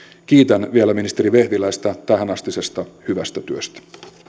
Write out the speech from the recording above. kiitän vielä ministeri vehviläistä tähänastisesta hyvästä työstä